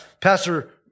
Pastor